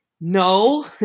no